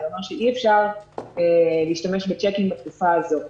זה אומר שאי אפשר להשתמש בצ'קים בתקופה הזו.